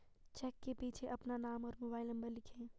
check के पीछे अपना नाम और मोबाइल नंबर लिखें